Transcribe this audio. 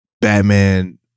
Batman